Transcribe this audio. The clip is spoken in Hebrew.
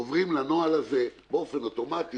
עוברים לנוהל הזה באופן אוטומטי,